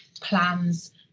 plans